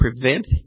prevent